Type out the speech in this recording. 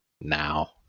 now